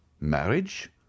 Marriage